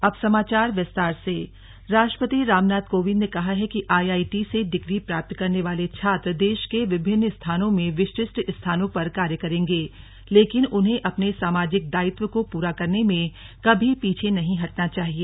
अब समाचार विस्तार से राष्ट्रपति कार्यक्रम रूड़की राष्ट्रपति रामनाथ कोविंद ने कहा है कि आईआईटी से डिग्री प्राप्त करने वाले छात्र देश के विभिन्न स्थानों में विशिष्ट स्थानों पर कार्य करेंगे लेकिन उन्हें अपने सामाजिक दायित्व को पूरा करने में कभी पीछे नहीं हटना चाहिए